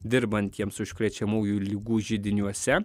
dirbantiems užkrečiamųjų ligų židiniuose